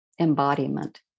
embodiment